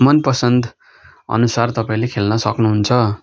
मन पसन्दअनुसार तपाईँले खेल्न सक्नुहुन्छ